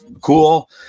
cool